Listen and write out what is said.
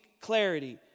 clarity